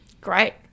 Great